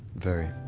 very